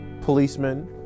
policemen